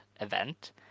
Event